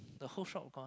the whole shop gone